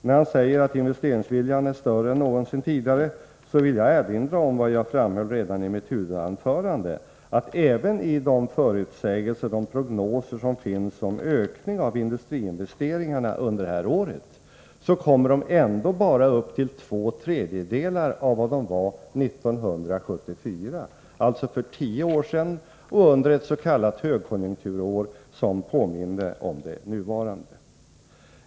När Arne Gadd säger att investeringsviljan är större än någonsin tidigare vill jag erinra om vad jag framhöll redan i mitt huvudanförande: Även om de förutsägelser, de prognoser, som finns om en ökning av industriinvesteringarna under det här året slår in kommer de ändå bara upp till två tredjedelar av vad de var 1974, alltså för tio år sedan och under ett s.k. högkonjunkturår som påminde om det nuvarande.